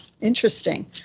interesting